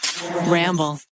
Ramble